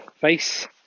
face